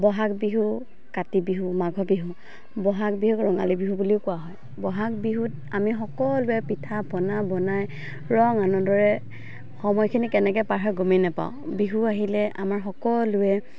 বহাগ বিহু কাতি বিহু মাঘ বিহু বহাগ বিহুক ৰঙালী বিহু বুলিও কোৱা হয় বহাগ বিহুত আমি সকলোৱে পিঠা পনা বনাই ৰং আনন্দৰে সময়খিনি কেনেকৈ পাৰ হয় গমেই নাপাওঁ বিহু আহিলে আমাৰ সকলোৱে